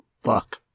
Fuck